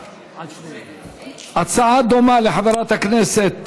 הצעה דומה, לחברת הכנסת